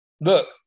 Look